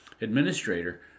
administrator